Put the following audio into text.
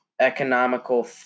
economical